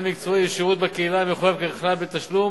מקצועי או לשירות המחויב ככלל בתשלום.